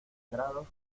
grados